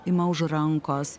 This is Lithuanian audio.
ima už rankos